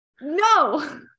No